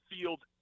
fields